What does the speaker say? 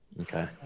Okay